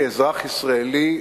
כאזרח ישראלי,